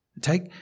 take